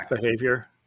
behavior